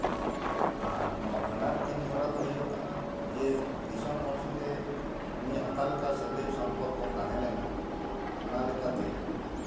ᱟᱨ ᱱᱚᱣᱟ ᱵᱷᱟᱸᱰᱟᱱ ᱠᱟᱹᱢᱤ ᱦᱚᱨᱟ ᱫᱚ ᱦᱩᱭᱩᱜ ᱠᱟᱱᱟ ᱡᱮ ᱫᱤᱥᱚᱢ ᱦᱚᱲ ᱥᱚᱸᱜᱮ ᱩᱱᱤᱭᱟᱜ ᱚᱠᱟ ᱞᱮᱠᱟ ᱥᱟᱹᱜᱟᱹᱭ ᱥᱚᱢᱯᱚᱨᱠᱚ ᱛᱟᱦᱮᱞᱮᱱᱟ ᱚᱱᱟ ᱞᱮᱠᱟᱛᱮ